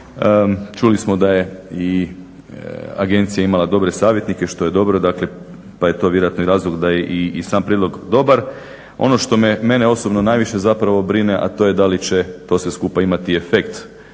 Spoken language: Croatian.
Čuli smo da je i agencija imala dobre savjetnike što je dobro, dakle pa je to vjerojatno i razlog da je i sam prijedlog dobar. Ono što mene osobno najviše zapravo brine a to je da li će to sve skupa imati efekt